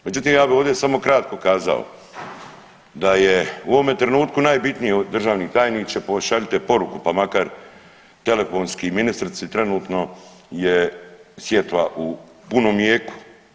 Međutim, ja bih ovdje samo kratko kazao da je u ovome trenutku najbitnije državni tajniče pošaljite poruku pa makar telefonski ministrici trenutno je sjetva u punom jeku.